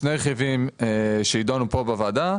שני רכיבים שיידונו פה בוועדה: